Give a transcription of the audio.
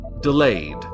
delayed